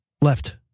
left